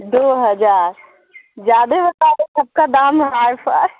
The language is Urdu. دو ہزار زیادہ بتائے سب کا دام ہائے فا